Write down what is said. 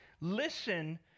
Listen